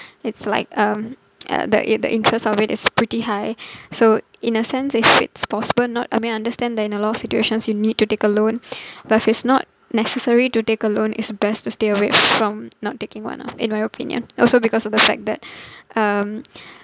it's like um uh the i~ the interest of it is pretty high so in a sense if it's possible not I mean I understand that in a lot of situations you need to take a loan but if it's not necessary to take a loan it's best to stay away from not taking one ah in my opinion also because of the fact that um